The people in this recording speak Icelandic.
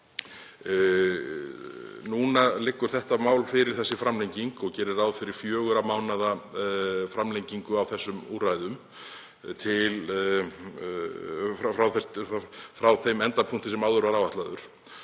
Núna liggur þetta mál fyrir, þessi framlenging, og gerir ráð fyrir fjögurra mánaða framlengingu á þessum úrræðum frá þeim endapunkti sem áður var áætlaður.